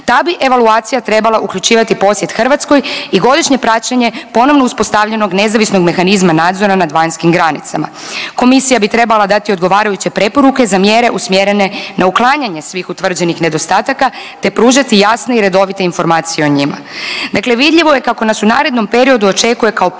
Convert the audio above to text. ta bi evaluacija trebala uključivati posjet Hrvatskoj i godišnje praćenje ponovno uspostavljenog nezavisnog mehanizma nadzora nad vanjskim granicama. Komisija bi trebala dati odgovarajuće preporuke za mjere usmjerene na uklanjanje svih utvrđenih nedostataka, te pružati jasne i redovite informacije o njima. Dakle, vidljivo je kako nas u narednom periodu očekuje kao punopravnu